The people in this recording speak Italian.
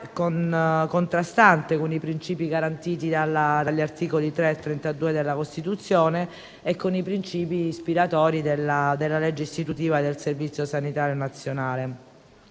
contrastante con i principi garantiti dagli articoli 3 e 32 della Costituzione e con i principi ispiratori della legge istitutiva del Servizio sanitario nazionale.